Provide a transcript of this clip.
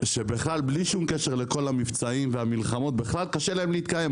בלי קשר למבצעים והמלחמות - קשה להם להתקיים,